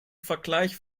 vergleich